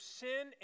sin